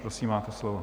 Prosím, máte slovo.